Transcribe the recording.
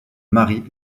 mary